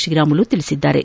ತ್ರೀರಾಮುಲು ತಿಳಿಸಿದ್ದಾರೆ